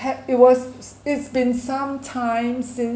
had it was it's been some time since